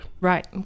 Right